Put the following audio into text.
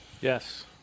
Yes